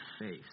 face